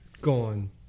Gone